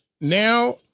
now